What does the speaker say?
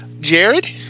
Jared